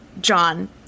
John